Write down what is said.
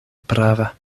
prava